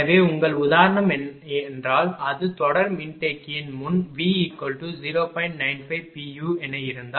எனவே உங்கள் உதாரணம் என்றால் அது தொடர் மின்தேக்கியின் முன் V 0